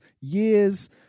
years